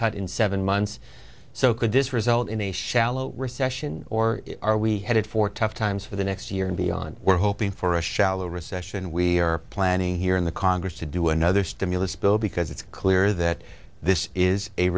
cut in seven months so could this result in a shallow recession or are we headed for tough times for the next year and beyond we're hoping for a shallow recession we are planning here in the congress to do another stimulus bill because it's clear that this is a